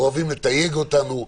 אוהבים לתייג אותנו,